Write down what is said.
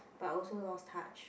but also lost touch